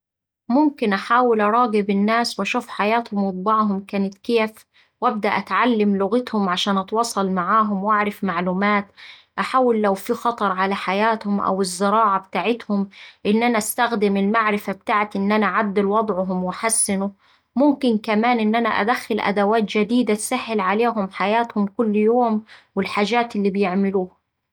ممكن أحاول أراقب الناس وأشوف حياتهم وطباعهم كانت كيف وأبدأ أتعلم لغتهم عشان أتواصل معاهم وأعرف معلومات. أحاول لو فيه خطر على حياتهم أو الزراعة بتاعتهم إن أنا أستخدم المعرفة بتاعتي إن أنا أعدل وضعهم وأحسنه. ممكن كمان إن أنا أدخل أدوات جديدة تسهل عليهم حياتهم كل يوم والحاجات اللي بيعملوها.